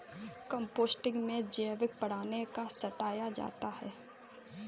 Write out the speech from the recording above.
composting में जैविक पदार्थ को सड़ाया जाता है